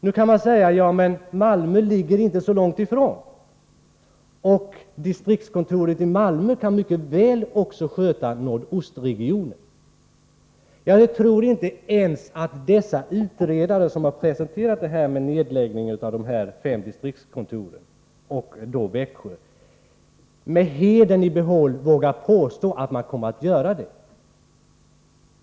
Nu kan man invända att Malmö inte ligger långt ifrån Växjö och att distriktskontoret där mycket väl kan sköta också nordostregionen. Men jag tror inte att ens de utredare som har presenterat förslag om en nedläggning av de fem distriktskontoren med hedern i behåll vågar påstå att Malmökontoret skulle kunna göra det.